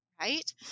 right